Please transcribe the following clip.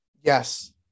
Yes